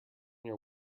your